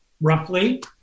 roughly